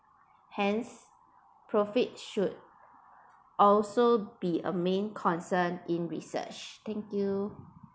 hence profit should also be a main concern in research thank you